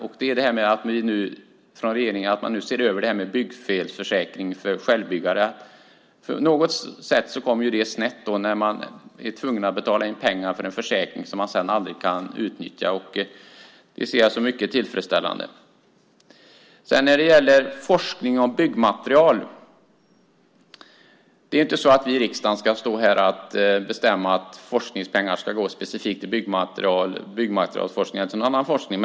En är att man från regeringen ser över byggfelsförsäkring för självbyggare. På något sätt blir det snett när man är tvungen att betala in pengar för en försäkring som man sedan aldrig kan utnyttja. Det ser jag som mycket tillfredsställande. När det gäller forskning kring byggmaterial ska inte vi här i riksdagen bestämma att forskningspengarna specifikt ska gå till byggmaterialforskning eller till någon annan forskning.